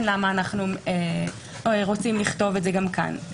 למה אנחנו רוצים לכתוב את זה גם כאן.